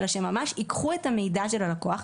אלא שממש ייקחו את המידע של הלקוח,